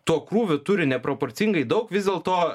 tuo krūviu turi neproporcingai daug vis dėlto